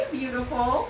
beautiful